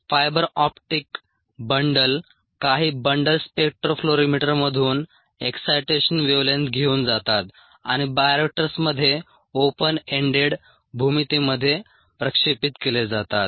fibre optic bundle काही bundle स्पेक्ट्रो फ्लोरिमीटरमधून एक्सायटेशन वेव्हलेंग्थ घेऊन जातात आणि बायोरिएक्टर्समध्ये ओपन एंडेड भूमितीमध्ये प्रक्षेपित केले जातात